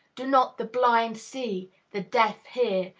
do not the blind see, the deaf hear,